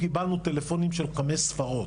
קיבלנו טלפונים של חמש ספרות,